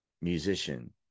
musician